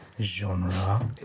genre